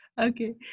Okay